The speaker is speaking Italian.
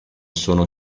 sono